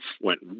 went